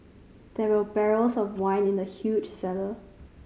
there were barrels of wine in the huge cellar